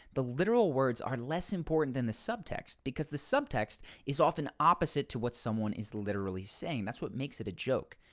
the literal words are less important than the subtext because the subtext is often opposite to what someone is literally saying that's what makes it a joke.